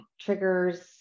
triggers